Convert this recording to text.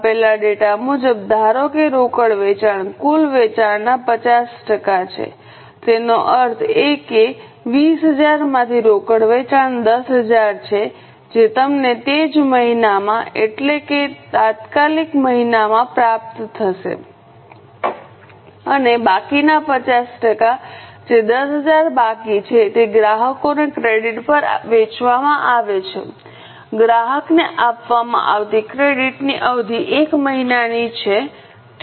આપેલા ડેટા મુજબ ધારો કે રોકડ વેચાણ કુલ વેચાણના 50 ટકા છે તેનો અર્થ એ કે 20000 માંથી રોકડ વેચાણ 10000 છે જે તમને તે જ મહિના માં એટલે કે તાત્કાલિક મહિનામાં પ્રાપ્ત થશે અને બાકીના 50 ટકા જે 10000 બાકી છે તે ગ્રાહકોને ક્રેડિટ પર વેચવામાં આવે છે ગ્રાહકને આપવામાં આવતી ક્રેડિટની અવધિ 1 મહિનાની છે ઠીક